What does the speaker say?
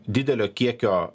didelio kiekio